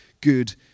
good